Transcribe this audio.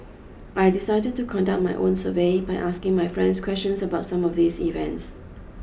I decided to conduct my own survey by asking my friends questions about some of these events